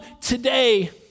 today